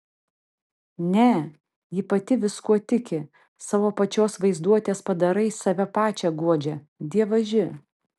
ne ji pati viskuo tiki savo pačios vaizduotės padarais save pačią guodžia dievaži